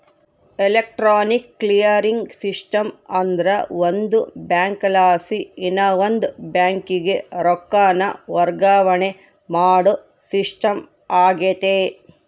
electronic clearing system ಅಂದ್ರ ಒಂದು ಬ್ಯಾಂಕಲಾಸಿ ಇನವಂದ್ ಬ್ಯಾಂಕಿಗೆ ರೊಕ್ಕಾನ ವರ್ಗಾವಣೆ ಮಾಡೋ ಸಿಸ್ಟಮ್ ಆಗೆತೆ